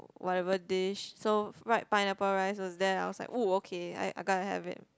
whatever dish so fried pineapple rice was there I was like oh okay I I gonna have it